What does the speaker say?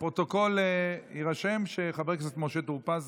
בפרוטוקול יירשם שחבר הכנסת משה טור פז